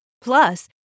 Plus